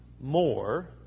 more